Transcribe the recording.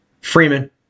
Freeman